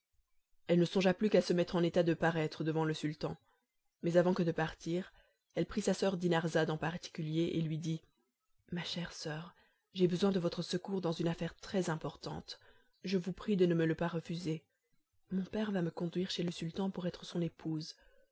elle ne songea plus qu'à se mettre en état de paraître devant le sultan mais avant que de partir elle prit sa soeur dinarzade en particulier et lui dit ma chère soeur j'ai besoin de votre secours dans une affaire très-importante je vous prie de ne me le pas refuser mon père va me conduire chez le sultan pour être son épouse